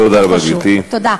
תודה.